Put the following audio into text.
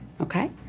Okay